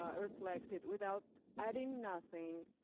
um reflect it, without adding nothing.